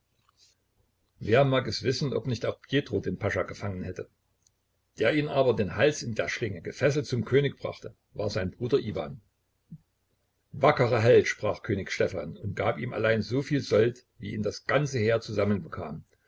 wer mag es wissen ob nicht auch pjetro den pascha gefangen hätte der ihn aber den hals in der schlinge gefesselt zum könig brachte war sein bruder iwan wackerer held sprach könig stephan und gab ihm allein so viel sold wie ihn das ganze heer